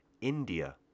India